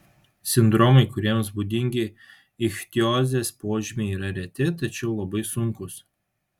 sindromai kuriems būdingi ichtiozės požymiai yra reti tačiau labai sunkūs